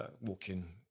walking